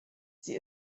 sie